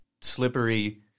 slippery